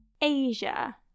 Asia